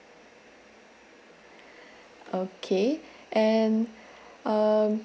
okay and um